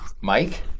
Mike